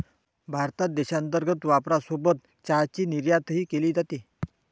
भारतात देशांतर्गत वापरासोबत चहाची निर्यातही केली जाते